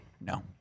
No